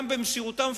גם במסירותם,